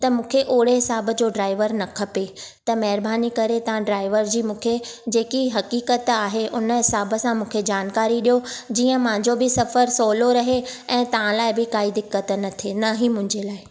त मूंखे ओड़े हिसाब जो ड्राइवर न खपे त महिरबानी करे तव्हां ड्राइवर जी मूंखे जेकी ह़क़ीक़तु आहे उन हिसाब सां मूंखे जानकारी डि॒यो जीअं मुंहिंजो बि सफ़र सवलो रहे ऐं तव्हां लाइ बि कोई दिक़तु न थिए ऐं न ही मुंहिंजे लाइ